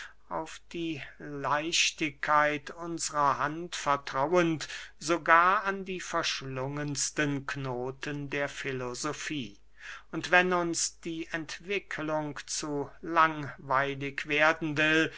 auf die leichtigkeit unsrer hand vertrauend sogar an die verschlungensten knoten der filosofie und wenn uns die entwicklung zu langweilig werden will